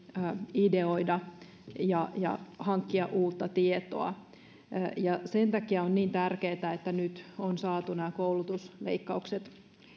ideoida ja ja hankkia uutta tietoa sen takia on niin tärkeätä että nyt on saatu nämä koulutusleikkaukset